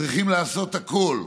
צריכים לעשות הכול,